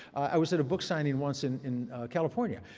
i was at a book signing once in in california,